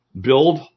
build